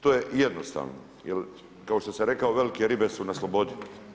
To je jednostavno jer kao što sam rekao, velike ribe su na slobodi.